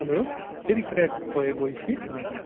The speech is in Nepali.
हेलो फेरि क्र्याक भयो भोइस कि हजुर